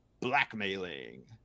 blackmailing